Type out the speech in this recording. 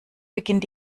beginnt